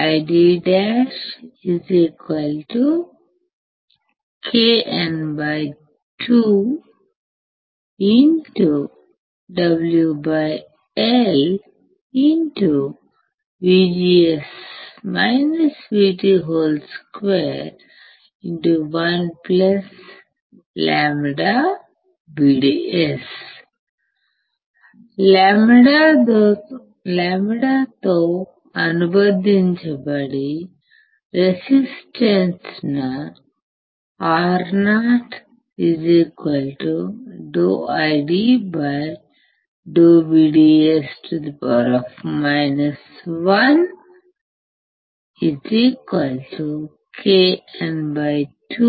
IDkn2WL2 1λVDS λ తో అనుబంధించబడి resistance ro